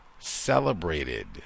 celebrated